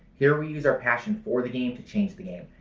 here we use our passion for the game to change the game!